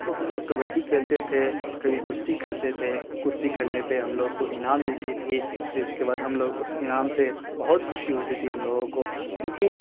تو ہم لوگ کبڈی کھیلتے تھے کبھی کشتی کرتے تھے کشتی کرنے پہ ہم لوگ کو انعام ملتی تھی پھر اس کے بعد ہم لوگ اس انعام سے بہت خوشی ہوتی تھی ہم لوگوں کو کیونکہ